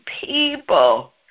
people